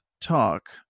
talk